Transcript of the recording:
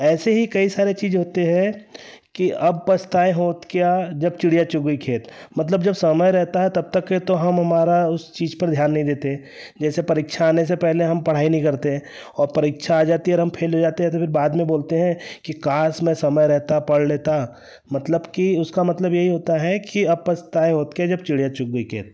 ऐसे ही कई सारे चीज़ें होते हैं कि अब पछताए होत क्या जब चिड़िया चुग गई खेत मतलब जब समय रहता है तब तक के तो हम हमारा उस चीज़ पर ध्यान नहीं देते जैसे परीक्षा आने से पहले हम पढ़ाई नहीं करते हैं और परीक्षा आ जाती है और हम फेल हो जाते हैं तो फिर बाद में बोलते हैं कि काश मैं समय रहता पढ़ लेता मतलब कि उसका मतलब यह ही होता है कि अब पछताए होत क्या जब चिड़िया चुग गई खेत